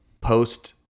post